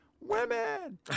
women